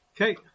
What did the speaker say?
Okay